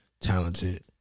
talented